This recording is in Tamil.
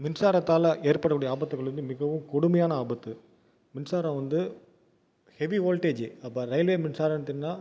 மின்சாரத்தால் ஏற்படக்கூடிய ஆபத்துகள் வந்து மிகவும் கொடுமையான ஆபத்து மின்சாரம் வந்து ஹெவி வோல்ட்டேஜு அப்போ ரயில்வே மின்சாரத்தின்னால்